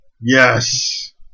Yes